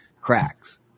cracks